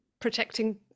protecting